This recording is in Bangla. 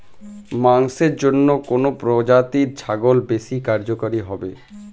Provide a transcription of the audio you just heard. মাংসের জন্য কোন প্রজাতির ছাগল বেশি কার্যকরী হবে?